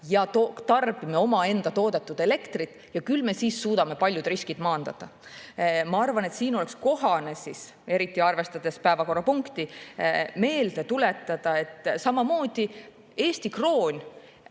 ja tarbime omaenda toodetud elektrit, küll me siis suudame paljud riskid maandada. Ma arvan, et siin oleks kohane, eriti arvestades päevakorrapunkti, meelde tuletada, et samamoodi oli Eesti krooniga,